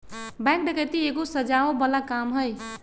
bank डकैती एगो सजाओ बला काम हई